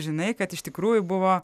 žinai kad iš tikrųjų buvo